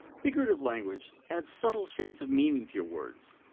figurative language adds subtle shades of meaning to your words,